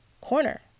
corner